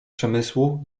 przemysłu